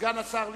סגן השר ליצמן,